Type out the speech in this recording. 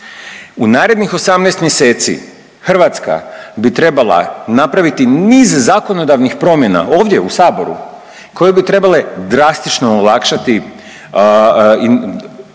U narednih 18 mjeseci Hrvatska bi trebala napraviti niz zakonodavnih promjena ovdje u saboru koje bi trebale drastično olakšati,